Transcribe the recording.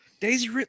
daisy